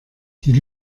die